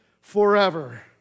forever